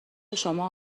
شما